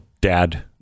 dad